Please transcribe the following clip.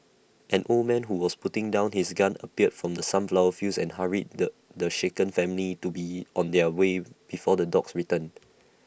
an old man who was putting down his gun appeared from the sunflower fields and hurried the the shaken family to be on their way before the dogs return